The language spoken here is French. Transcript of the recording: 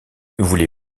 voulez